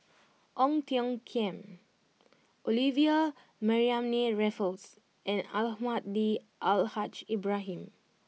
Ong Tiong Khiam Olivia Mariamne Raffles and Almahdi Al Haj Ibrahim